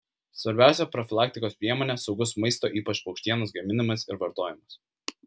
svarbiausia profilaktikos priemonė saugus maisto ypač paukštienos gaminimas ir vartojimas